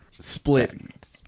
split